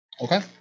Okay